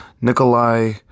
Nikolai